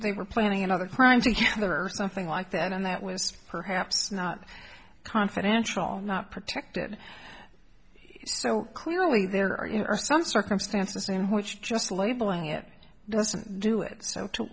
they were planning another crime together or something like that and that was perhaps not confidential not protected so clearly there are some circumstances same which just labeling it doesn't do it so to